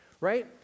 right